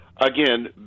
again